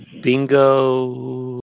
bingo